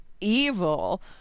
evil